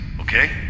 okay